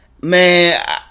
Man